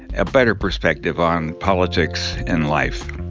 a better perspective on politics and life.